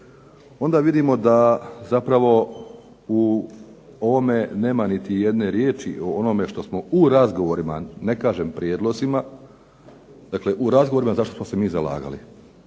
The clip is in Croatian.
onda vidimo da zapravo u ovome nema niti jedne riječi o onome što smo u razgovorima, ne kažem prijedlozima, dakle u razgovorima zašto smo se mi zalagali.